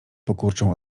pokurczą